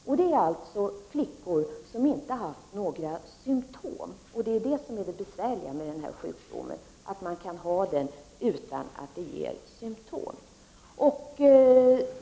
Flickorna har alltså inte haft några symptom. Det besvärliga just med denna sjukdom är att man kan ha den utan symptom.